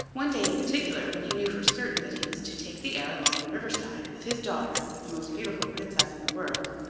one day in particular, when he knew for certain that he was to take the air along the river-side, with his daughter, the most beautiful princess in the world,